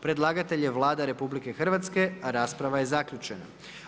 Predlagatelj je Vlada RH a rasprava je zaključena.